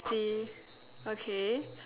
he okay